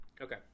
okay